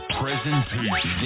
presentation